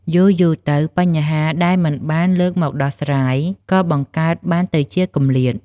យូរៗទៅ បញ្ហាដែលមិនបានលើកមកដោះស្រាយក៏បង្កើតបានទៅជាគម្លាត។